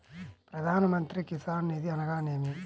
ప్రధాన మంత్రి కిసాన్ నిధి అనగా నేమి?